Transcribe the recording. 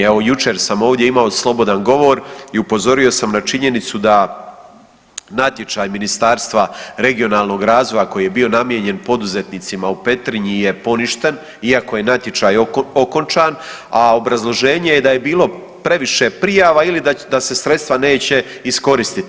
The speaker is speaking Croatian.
Evo jučer sam ovdje imao slobodan govor i upozorio sam na činjenicu da natječaj Ministarstva regionalnog razvoja koji je bio namijenjen poduzetnicima u Petrinji je poništen, iako je natječaj okončan, a obrazloženje je da je bilo previše prijava ili da se sredstva neće iskoristiti.